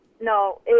No